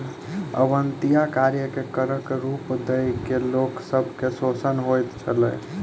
अवेत्निया कार्य के करक रूप दय के लोक सब के शोषण होइत छल